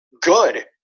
Good